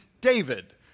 David